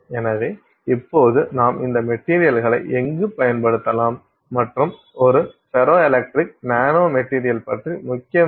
எனவே இப்போது நாம் இந்த மெட்டீரியல்களை எங்கு பயன்படுத்தலாம் மற்றும் ஒரு ஃபெரோ எலக்ட்ரிக் நானோ மெட்டீரியல் பற்றி முக்கியம் என்ன